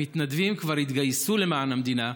המתנדבים כבר התגייסו למען המדינה,